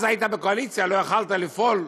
אז היית בקואליציה, לא יכולת לפעול,